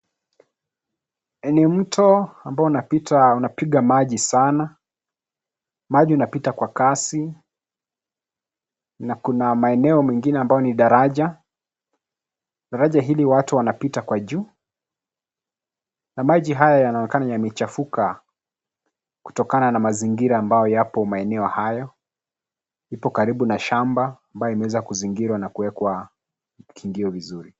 Ni mto ambao unapita, unapiga maji sana, maji unapita kwa kasi, na kuna maeneo mengine ambayo ni daraja. Daraja hili watu wanapita kwa juu, na maji haya yanaonekana yamechafuka kutokana na mazingira ambayo yapo maeneo hayo. Ipo karibu na shamba, ambayo imeweza kuzingirwa na kuwekwa vikingio vizuri.